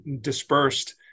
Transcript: dispersed